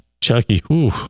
Chucky